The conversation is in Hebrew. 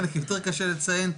חלק יותר קשה לציין,